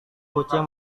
kucing